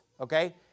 okay